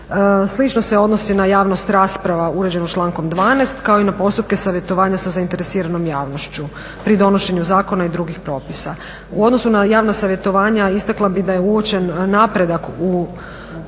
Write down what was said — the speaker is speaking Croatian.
Slično se odnosi na javnost rasprava uređeno člankom 12. kao i na postupke savjetovanja sa zainteresiranom javnošću pri donošenju zakona i drugih propisa. U odnosu na javna savjetovanja, istakla bih da je uočen napredak u